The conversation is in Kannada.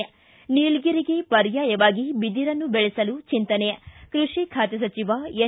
ಿ ನೀಲಗಿರಿಗೆ ಪರ್ಯಾಯವಾಗಿ ಬಿದಿರನ್ನು ಬೆಳೆಸಲು ಚಿಂತನೆ ಕೃಷಿ ಖಾತೆ ಸಚಿವ ಎನ್